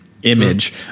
Image